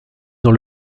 dans